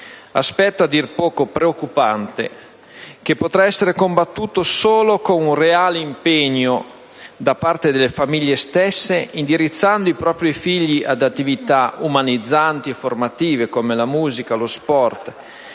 aspetto a dir poco preoccupante, che potrà essere combattuto solo con un reale impegno da parte delle stesse famiglie volto a indirizzare i propri figli ad attività umanizzanti e formative, come la musica e lo sport,